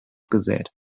gesät